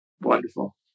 Wonderful